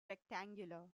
rectangular